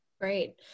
Great